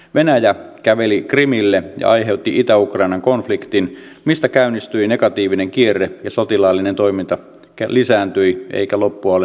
venäjä käveli krimille ja aiheutti itä ukrainan konfliktin mistä käynnistyi negatiivinen kierre ja sotilaallinen toiminta lisääntyi eikä loppua ole näkyvissä